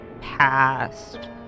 past